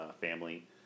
family